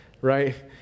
Right